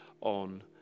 on